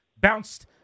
Bounced